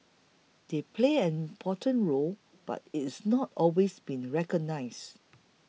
they played an important role but it's not always been recognised